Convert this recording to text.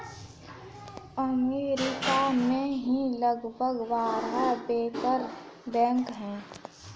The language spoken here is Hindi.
अमरीका में ही लगभग बारह बैंकर बैंक हैं